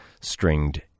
stringed